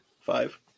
Five